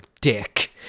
dick